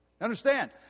Understand